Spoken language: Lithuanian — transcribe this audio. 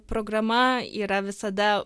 programa yra visada